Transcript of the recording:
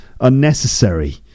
unnecessary